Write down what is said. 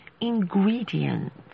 ingredients